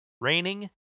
raining